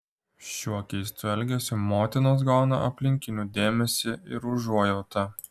šiuo keistu elgesiu motinos gauna aplinkinių dėmesį ir užuojautą